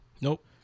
nope